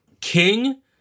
king